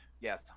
yes